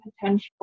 potential